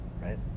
right